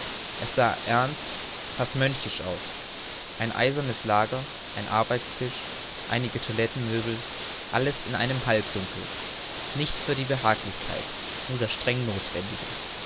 es sah ernst fast mönchisch aus ein eisernes lager ein arbeitstisch einige toilettenmöbel alles in einem halbdunkel nichts für die behaglichkeit nur das streng nothwendige